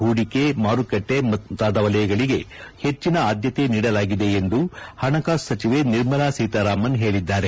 ಹೂಡಿಕೆ ಮಾರುಕಟ್ಟೆ ಮುಂತಾದ ವಲಯಗಳಿಗೆ ಹೆಚ್ಚಿನ ಆದ್ಲತೆ ನೀಡಲಾಗಿದೆ ಎಂದು ಹಣಕಾಸು ಸಚಿವೆ ನಿರ್ಮಲಾ ಸೀತಾರಾಮನ್ ಹೇಳಿದ್ದಾರೆ